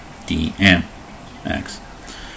DMX